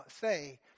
say